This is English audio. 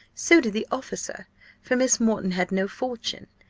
so did the officer for miss moreton had no fortune.